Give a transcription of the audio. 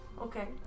Okay